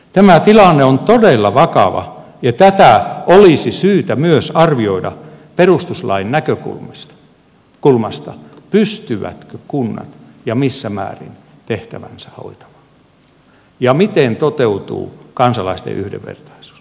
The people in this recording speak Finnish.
tämä tilanne on todella vakava ja tätä olisi syytä myös arvioida perustuslain näkökulmasta pystyvätkö kunnat ja missä määrin tehtäväänsä hoitamaan ja miten toteutuu kansalaisten yhdenvertaisuus